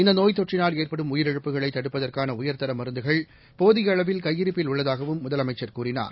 இந்தநோய் தொற்றினால் ஏற்படும் உயிரிழப்புகளைதடுப்பதற்கானஉயர்தரமருந்துகள் போதியஅளவில் கையிருப்பில் உள்ளதாகவும் முதலமைச்சர் கூறினார்